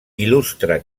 il·lustra